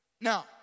Now